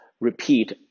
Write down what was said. repeat